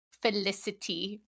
Felicity